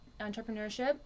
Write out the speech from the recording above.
entrepreneurship